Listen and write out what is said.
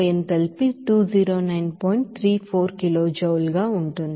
34 kilo joule ఉంటుంది